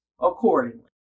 accordingly